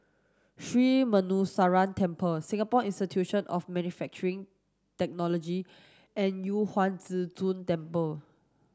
Sri Muneeswaran Temple Singapore Institute of Manufacturing Technology and Yu Huang Zhi Zun Temple